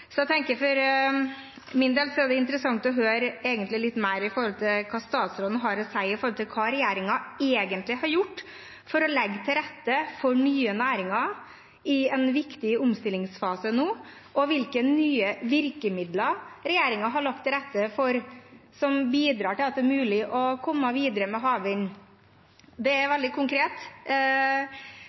For min del er det interessant å høre litt mer om hva statsråden har å si til hva regjeringen egentlig har gjort for å legge til rette for nye næringer i en viktig omstillingsfase nå – hvilke nye virkemidler regjeringen har lagt til rette for, som bidrar til at det er mulig å komme videre med havvind. Det er veldig konkret: